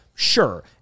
sure